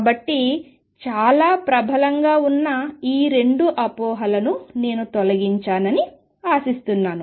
కాబట్టి చాలా ప్రబలంగా ఉన్న ఈ రెండు అపోహలను నేను తొలగించానని ఆశిస్తున్నాను